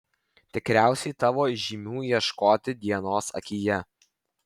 tikriausiai tavo žymių ieškoti dienos akyje